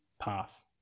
path